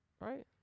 Right